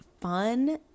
fun